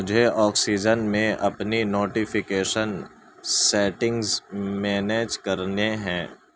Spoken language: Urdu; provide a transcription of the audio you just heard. مجھے آکسیزن میں اپنی نوٹیفیکیشن سیٹنگز مینیج کرنے ہیں